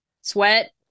sweat